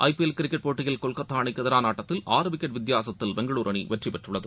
ஐ P L cricket போட்டியில் கொல்கத்தா அணிக்கு எதிரான ஆட்டத்தில் விக்கெட் வித்தியாசதில் பெங்களுர் அணி வெற்றி பெற்றுள்ளது